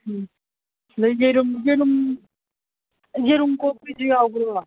ꯎꯝ ꯑꯗꯒꯤ ꯌꯦꯔꯨꯝ ꯀꯣꯛꯄꯁꯨ ꯌꯥꯎꯕ꯭ꯔꯣ